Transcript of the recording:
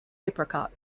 apricot